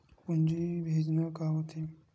पूंजी भेजना का होथे?